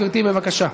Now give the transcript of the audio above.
גברתי, בבקשה.